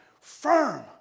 firm